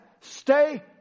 stay